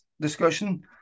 discussion